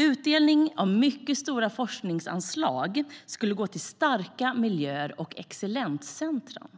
Utdelning av mycket stora forskningsanslag skulle gå till starka miljöer och excellenscentrum.